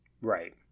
right